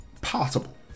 possible